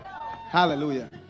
Hallelujah